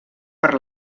per